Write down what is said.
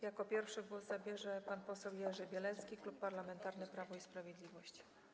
Jako pierwszy głos zabierze pan poseł Jerzy Bielecki, Klub Parlamentarny Prawo i Sprawiedliwość.